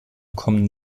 kommen